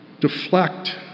deflect